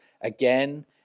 again